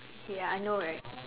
ya I know right